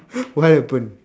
what happened